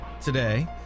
today